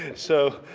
and so,